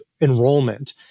enrollment—